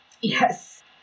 Yes